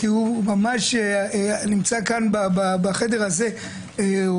כי הוא ממש נמצא כאן בחדר הזה,